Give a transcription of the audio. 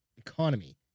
economy